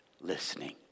listening